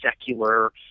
secular